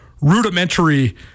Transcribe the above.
rudimentary